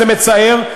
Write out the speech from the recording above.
זה מצער,